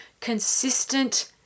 consistent